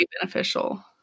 beneficial